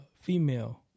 female